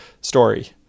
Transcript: story